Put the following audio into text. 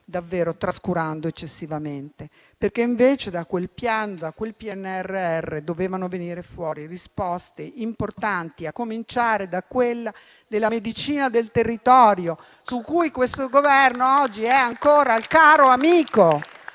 davvero trascurando eccessivamente. Invece da quel PNRR dovevano venire fuori risposte importanti, a cominciare da quella della medicina del territorio su cui questo Governo oggi è ancora al caro amico.